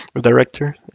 Director